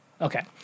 Okay